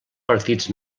partits